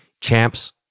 champs